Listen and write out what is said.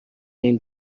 این